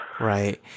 Right